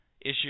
issue